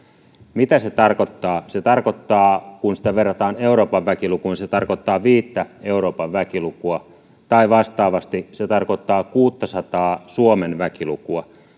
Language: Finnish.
mitä se tarkoittaa se tarkoittaa kun sitä verrataan euroopan väkilukuun se tarkoittaa viittä euroopan väkilukua tai vastaavasti se tarkoittaa kuuttasataa suomen väkilukua